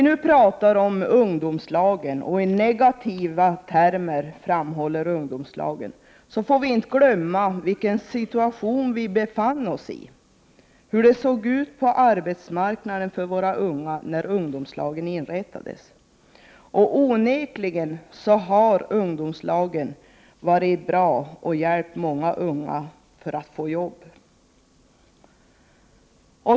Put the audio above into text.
När man i negativa termer talar om ungdomslagen, får man inte glömma den situation vi befann oss i och hur arbetsmarknaden såg ut för våra unga när ungdomslagen inrättades. De har onekligen varit bra och hjälpt många unga att få jobb.